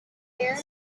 there